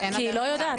כי היא לא יודעת.